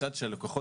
הצד של הלקוחות,